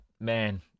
Man